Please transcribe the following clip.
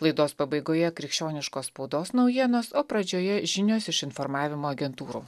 laidos pabaigoje krikščioniškos spaudos naujienos o pradžioje žinios iš informavimo agentūrų